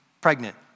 pregnant